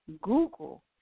Google